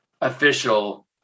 official